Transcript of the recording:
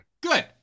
Good